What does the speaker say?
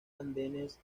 andenes